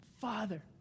Father